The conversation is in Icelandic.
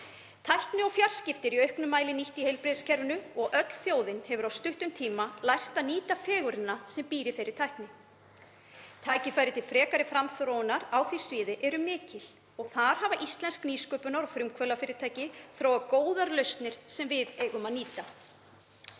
Tækni og fjarskipti eru í auknum mæli nýtt í heilbrigðiskerfinu og öll þjóðin hefur á stuttum tíma lært að nýta fegurðina sem býr í þeirri tækni. Tækifæri til frekari framþróunar á því sviði eru mikil og þar hafa íslensk nýsköpunar- og frumkvöðlafyrirtæki þróað góðar lausnir sem við eigum að nýta.